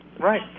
Right